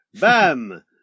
Bam